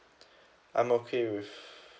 I'm okay with